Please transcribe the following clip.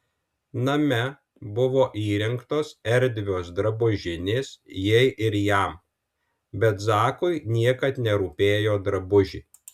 name buvo įrengtos erdvios drabužinės jai ir jam bet zakui niekad nerūpėjo drabužiai